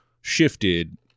shifted